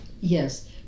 yes